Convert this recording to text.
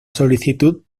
solicitud